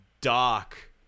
dark